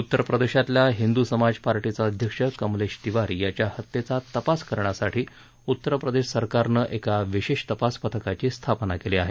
उत्तर प्रदेशातल्या हिंदू समाज पार्टींचा अध्यक्ष कमलेश तिवारी याच्या हत्येचा तपास करण्यासाठी उत्तर प्रदेश सरकारनं एका विशेष तपास पथकाची स्थापना केली आहे